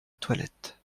toilette